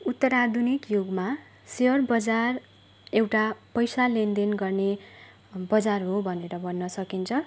उत्तराधुनिक युगमा सेयर बजार एउटा पैसा लेनदेन गर्ने बजार हो भनेर भन्न सकिन्छ